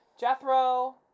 Jethro